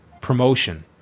promotion